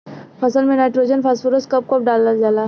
फसल में nitrogen phosphorus कब कब डालल जाला?